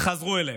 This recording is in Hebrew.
חזרו אליהם.